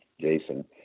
jason